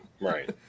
Right